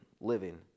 living